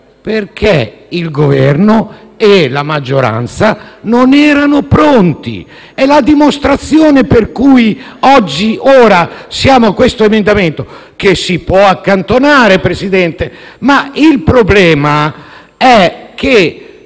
perché il Governo e la maggioranza non erano pronti. È la dimostrazione per cui oggi siamo a questo emendamento, che si può accantonare, Presidente; il problema però